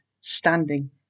standing